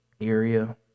area